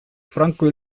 franco